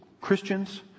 Christians